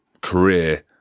career